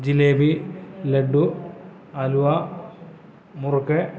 jalebi laddu halwa മുറുക്ക്